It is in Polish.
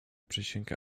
przysięga